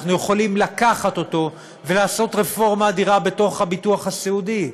אנחנו יכולים לקחת אותו ולעשות רפורמה אדירה בתוך הביטוח הסיעודי,